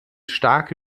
starke